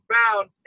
found